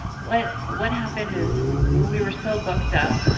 what what happened is we were so booked up